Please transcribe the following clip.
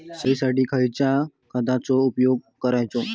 शेळीसाठी खयच्या खाद्यांचो उपयोग करायचो?